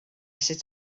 sut